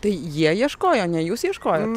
tai jie ieškojo ne jūs ieškojot